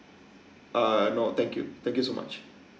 err no thank you thank you so much